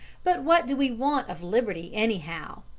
but what do we want of liberty, anyhow?